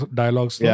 dialogues